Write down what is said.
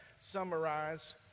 summarize